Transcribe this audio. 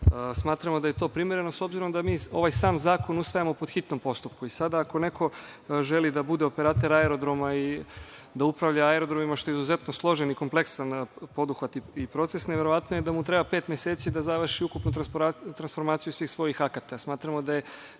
dana. Smatramo da je to primereno, s obzirom da mi ovaj sam zakon usvajamo po hitnom postupku. Ako neko želi da bude operater aerodroma i da upravlja aerodromima, što je izuzetno složen i kompleksan poduhvat i proces, neverovatno je da mu treba pet meseci da završi ukupnu transformaciju svih svojih